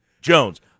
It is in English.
Jones